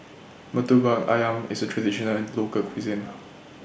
Murtabak Ayam IS A Traditional Local Cuisine